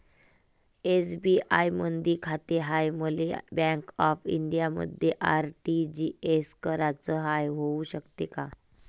SBI मधी खाते हाय, मले बँक ऑफ इंडियामध्ये आर.टी.जी.एस कराच हाय, होऊ शकते का?